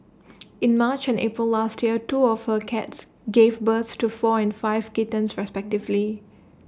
in March and April last year two of her cats gave birth to four and five kittens respectively